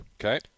Okay